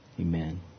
Amen